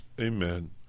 Amen